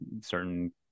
certain